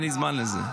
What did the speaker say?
אין לי זמן לזה.